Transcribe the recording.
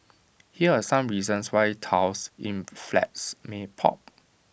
here are some reasons why tiles in flats may pop